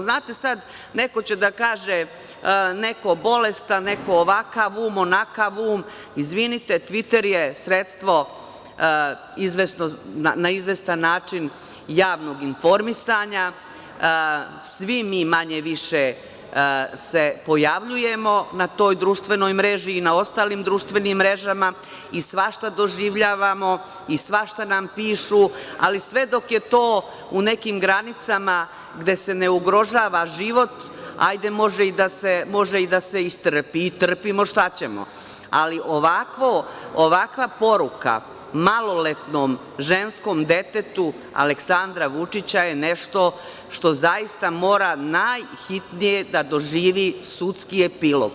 Znate, sad će neko da kaže neko bolestan, neko ovakav um, onakav um, izvinite Tviter je sredstvo, na izvestan način, javnog informisanja, svi mi manje-više se pojavljujemo na toj društvenoj mreži i na ostalim društvenim mrežama i svašta doživljavamo i svašta nam pišu, ali sve dok je to u nekim granicama gde se ne ugrožava život, hajde može i da se istrpi i trpimo, šta ćemo, ali ovakva poruka maloletnom ženskom detetu Aleksandra Vučića je nešto što zaista mora najhitnije da doživi sudski epilog.